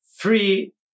three